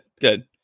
good